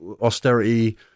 austerity